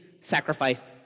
sacrificed